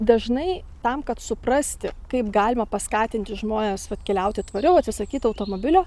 dažnai tam kad suprasti kaip galima paskatinti žmones vat keliauti tvariau atsisakyti automobilio